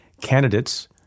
candidates